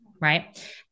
right